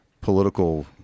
political